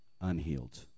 unhealed